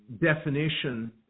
definition